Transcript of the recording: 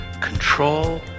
control